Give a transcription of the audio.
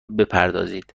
بپردازید